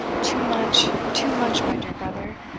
too much, too much, my dear brother!